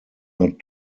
not